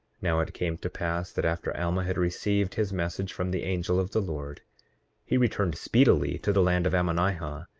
now it came to pass that after alma had received his message from the angel of the lord he returned speedily to the land of ammonihah.